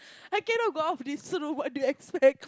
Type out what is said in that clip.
I cannot go out of this room what do you expect